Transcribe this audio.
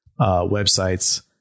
websites